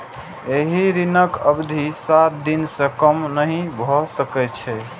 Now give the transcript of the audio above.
एहि ऋणक अवधि सात दिन सं कम नहि भए सकै छै